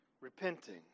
repenting